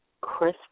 Chris